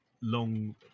long